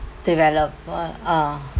develop what ah